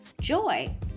joy